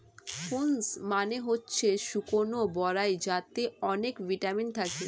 prunes মানে হচ্ছে শুকনো বরাই যাতে অনেক ভিটামিন থাকে